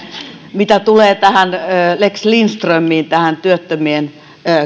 mitä tulee lex lindströmiin tähän työttömien